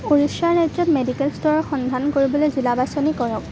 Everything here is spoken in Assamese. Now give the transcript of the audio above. উৰিষ্যা ৰাজ্যত মেডিকেল ষ্ট'ৰৰ সন্ধান কৰিবলৈ জিলা বাছনি কৰক